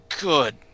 good